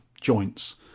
joints